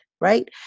right